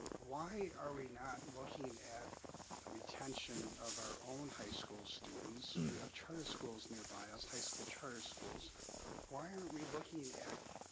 why are we not looking at the retention of our own high school students? we have charter schools nearby us high school charter schools why are we looking at?